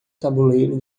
tabuleiro